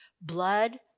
blood